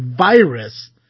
virus